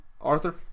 Arthur